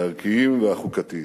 הערכיים והחוקתיים".